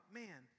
man